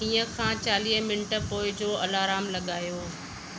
हींअर खां चालीह मिंट पोइ जो अलार्मु लॻायो